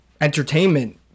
entertainment